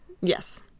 Yes